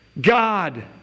God